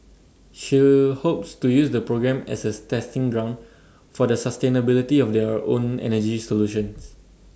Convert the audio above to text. shell hopes to use the program as A testing ground for the sustainability of their own energy solutions